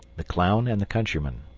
the clown and the countryman